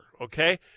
okay